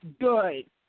good